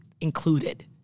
included